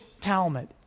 Talmud